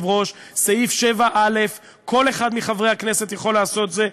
סעיף 7א. כל אחד מחברי הכנסת יכול לעשות את זה,